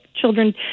children